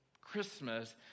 Christmas